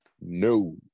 No